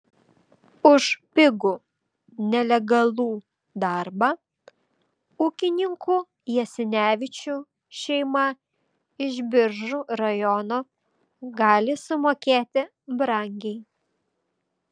už pigų nelegalų darbą ūkininkų jasinevičių šeima iš biržų rajono gali sumokėti brangiai